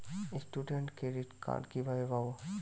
Student credit card কিভাবে পাব?